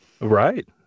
Right